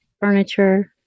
furniture